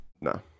No